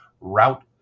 route